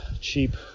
cheap